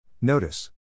Notice